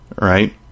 Right